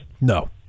No